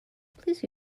please